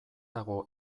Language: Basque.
dago